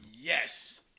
Yes